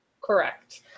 correct